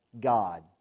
God